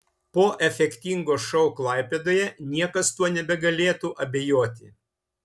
po efektingo šou klaipėdoje niekas tuo nebegalėtų abejoti